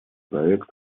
проект